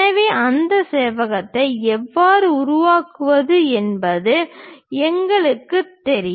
எனவே அந்த செவ்வகத்தை எவ்வாறு உருவாக்குவது என்பது எங்களுக்குத் தெரியும்